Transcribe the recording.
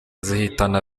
zihitana